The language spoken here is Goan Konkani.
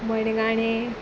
मणगाणें